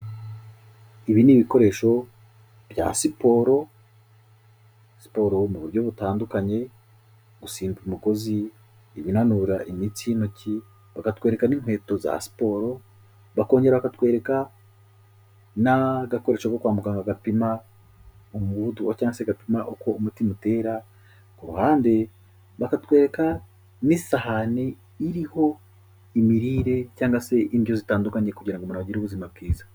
Ibi ni ibikoresho bya siporo, siporo mu buryo butandukanye, gusimba umugozi, ibinanura imitsi y'intoki, bakatwereka n'inkweto za siporo, bakongera bakatwereka n'agakoresho ko kwa muganga gapima umuvuduko cyangwa se gapima uko umutima utera, ku ruhande bakatwereka n'isahani iriho imirire cyangwa se indyo zitandukanye kugira ngo umuntu agire ubuzima bwiza.